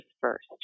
first